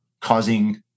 causing